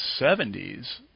70s